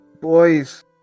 boys